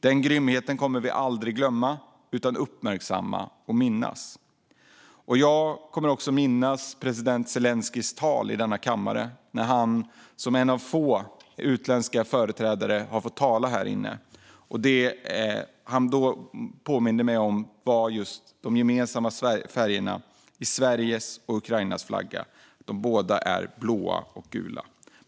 Den grymheten kommer vi aldrig att glömma utan minnas och uppmärksamma. Jag kommer också att minnas president Zelenskyjs tal i denna kammare. Han är en av få utländska företrädare som fått tala här inne. Han påminde mig då om de gemensamma färgerna i Sveriges och Ukrainas flaggor. Båda är blå och gula.